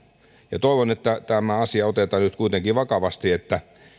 jäävät toivon että tämä asia otetaan nyt kuitenkin vakavasti että